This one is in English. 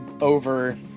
over